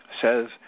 says